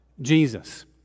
Jesus